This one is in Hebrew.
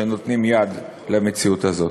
שנותנים יד למציאות הזאת.